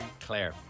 Claire